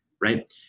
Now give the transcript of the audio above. right